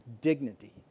dignity